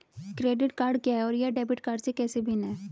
Credit card क्या है और यह डेबिट कार्ड से कैसे भिन्न है?